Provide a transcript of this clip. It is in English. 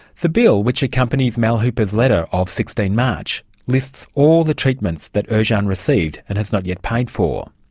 the bill which accompanies mal hooper's letter of sixteenth march lists all the treatments that ercan received, and has not yet paid for.